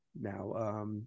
Now